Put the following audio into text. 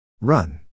Run